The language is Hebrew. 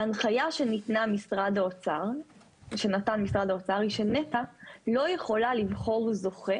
ההנחיה שנתן משרד האוצר היא שנת"ע לא יכולה לבחור זוכה